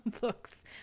books